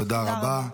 תודה רבה.